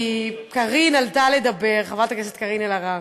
כי קארין עלתה לדבר, חברת הכנסת קארין אלהרר,